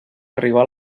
arribà